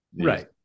Right